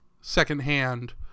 secondhand